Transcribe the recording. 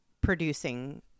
producing